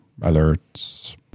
alerts